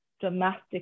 dramatic